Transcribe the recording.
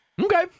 Okay